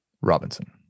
Robinson